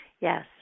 Yes